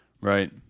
Right